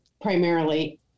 Primarily